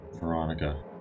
Veronica